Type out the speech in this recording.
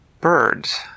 birds